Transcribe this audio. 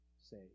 say